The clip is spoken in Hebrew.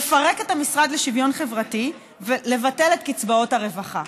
לפרק את המשרד לשוויון חברתי ולבטל את קצבאות הרווחה.